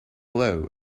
low